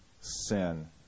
sin